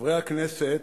חברי הכנסת,